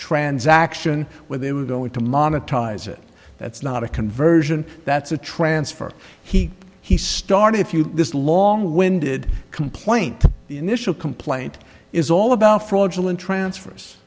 transaction where they were going to monetize it that's not a conversion that's a transfer heat he started if you this long winded complaint initial complaint is all about fraudulent transfers